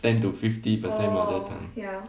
ten to fifty percent mother tongue